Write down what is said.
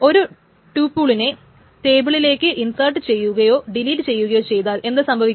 ഒരു ടൂപിളിനെ ടേബിളിലേക്ക് ഇൻസേർട്ട് ചെയ്യുകയോ ഡെലീറ്റ് ചെയ്യുകയോ ചെയ്താൽ എന്തു സംഭവിക്കും